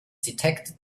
detected